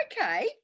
okay